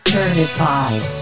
Certified